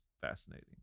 fascinating